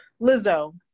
Lizzo